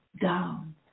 down